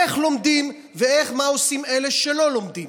איך לומדים ומה עושים אלה שלא לומדים,